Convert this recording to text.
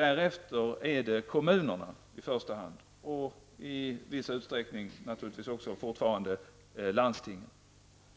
Därefter är det i första hand kommunerna, och i viss utsträckning naturligtvis också fortfarande landstingen,